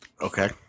okay